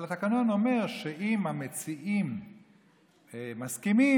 אבל התקנון אומר שאם המציעים מסכימים,